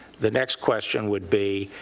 the next question would be,